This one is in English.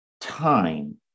time